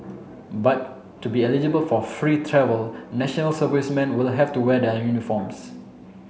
but to be eligible for free travel national servicemen will have to wear their uniforms